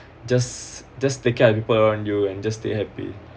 just just take care of people around you and just stay happy